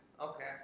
Okay